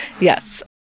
yes